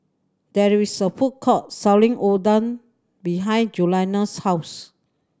there is a food court selling Oden behind Julianna's house